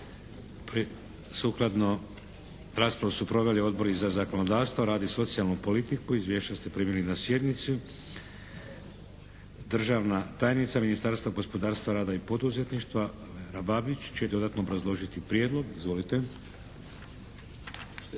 br. 550 Raspravu su proveli Odbori za zakonodavstvo, rad i socijalnu politiku. Izvješća ste primili na sjednici. Državna tajnica Ministarstva gospodarstva, rada i poduzetništva Vera Babić će dodatno obrazložiti prijedlog. Izvolite.